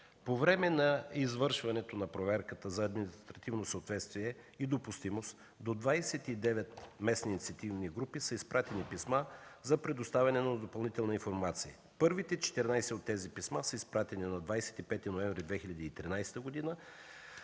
По време на извършването на проверката за административно съответствие и допустимост до 29-местни инициативни групи са изпратени писма за предоставяне на допълнителна информация. Първите 14 от тези писма са изпратени на 25 ноември 2013 г.,